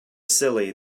silly